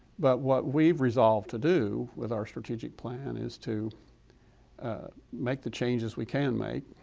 but what we've resolved to do with our strategic plan is to make the changes we can make,